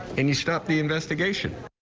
and you stop the investigation.